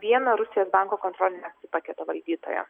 vieno rusijos banko kontrolinio akcijų paketo valdytojo